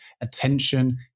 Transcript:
attention